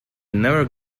never